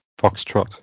Foxtrot